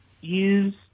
use